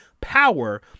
power